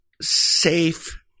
safe